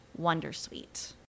wondersuite